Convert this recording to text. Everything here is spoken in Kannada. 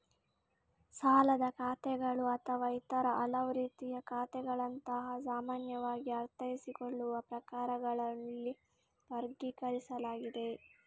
ಸಾಲದ ಖಾತೆಗಳು ಅಥವಾ ಇತರ ಹಲವು ರೀತಿಯ ಖಾತೆಗಳಂತಹ ಸಾಮಾನ್ಯವಾಗಿ ಅರ್ಥೈಸಿಕೊಳ್ಳುವ ಪ್ರಕಾರಗಳಲ್ಲಿ ವರ್ಗೀಕರಿಸಲಾಗಿದೆ